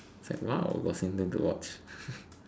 it's like !wow! what's in the watch